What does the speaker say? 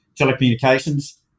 telecommunications